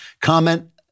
comment